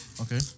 Okay